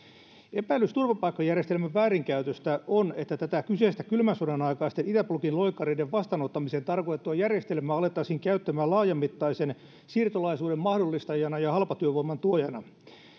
epäilys turvapaikkajärjestelmän väärinkäytöstä on että tätä kyseistä kylmän sodan aikaista itäblokin loikkareiden vastaanottamiseen tarkoitettua järjestelmää alettaisiin käyttämään laajamittaisen siirtolaisuuden mahdollistajana ja halpatyövoiman tuojana